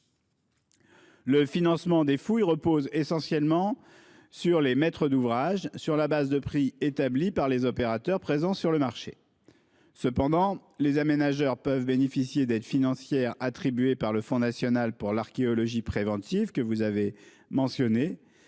Le financement des fouilles repose essentiellement sur les maîtres d'ouvrage, sur la base de prix établis par les opérateurs présents sur le marché. Cependant, les aménageurs peuvent bénéficier d'aides financières, sous la forme de prises en charge ou de subventions, attribuées par le Fonds national pour l'archéologie préventive que vous avez mentionné,